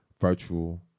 virtual